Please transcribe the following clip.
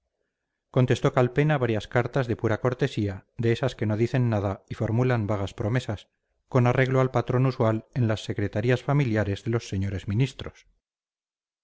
contestó calpena varias cartas de pura cortesía de esas que no dicen nada y formulan vagas promesas con arreglo al patrón usual en las secretarías familiares de los señores ministros